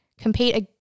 compete